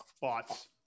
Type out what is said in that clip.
bots